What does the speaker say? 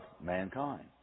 mankind